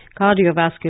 cardiovascular